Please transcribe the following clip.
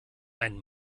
ein